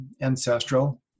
ancestral